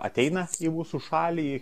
ateina į mūsų šalį